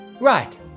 Right